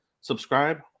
subscribe